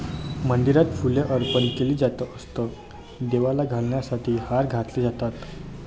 मंदिरात फुले अर्पण केली जात असत, देवाला घालण्यासाठी हार घातले जातात